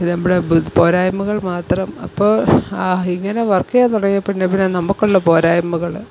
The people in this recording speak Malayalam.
ഇത് നമ്മുടെ പോരായ്മകൾ മാത്രം ഇപ്പോള് ഇങ്ങനെ വർക്ക്യ്യാൻ തുടങ്ങിയേ പിന്നെ പിന്നെ നമ്മള്ക്കുള്ള പോരായ്മകള്